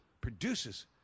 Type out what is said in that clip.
produces